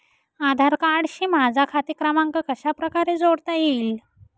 आधार कार्डशी माझा खाते क्रमांक कशाप्रकारे जोडता येईल?